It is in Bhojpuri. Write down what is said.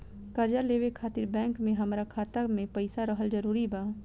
कर्जा लेवे खातिर बैंक मे हमरा खाता मे पईसा रहल जरूरी बा?